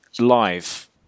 live